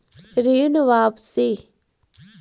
ऋण वापसी?